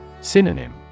Synonym